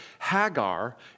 Hagar